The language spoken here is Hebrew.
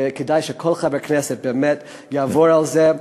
וכדאי שכל חבר כנסת באמת יעבור על זה,